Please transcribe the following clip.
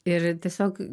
ir tiesiog